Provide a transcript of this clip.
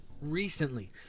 recently